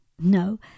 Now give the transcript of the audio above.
No